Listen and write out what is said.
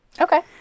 Okay